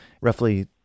roughly